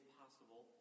possible